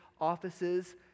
offices